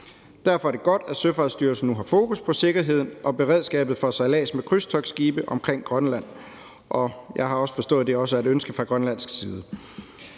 Derfor er det godt, at Søfartsstyrelsen nu har fokus på sikkerheden og beredskabet for sejlads med krydstogtskibe omkring Grønland. Jeg har forstået, at det også er et ønske fra grønlandsk side.